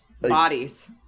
Bodies